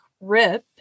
rip